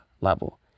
level